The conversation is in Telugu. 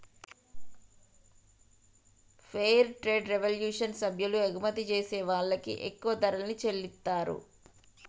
ఫెయిర్ ట్రేడ్ రెవల్యుషన్ సభ్యులు ఎగుమతి జేసే వాళ్ళకి ఎక్కువ ధరల్ని చెల్లిత్తారు